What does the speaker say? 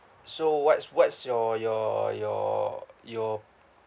so what's what's your your your your